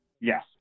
Yes